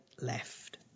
left